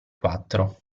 quattro